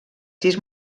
sis